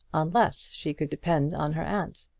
unless she could depend on her aunt.